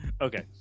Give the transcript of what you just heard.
okay